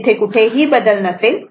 तिथे कुठेही बदल नसेल